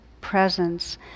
presence